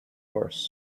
horse